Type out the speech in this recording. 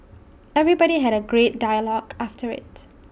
everybody had A great dialogue after IT